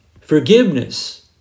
Forgiveness